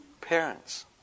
parents